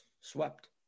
swept